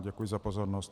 Děkuji za pozornost.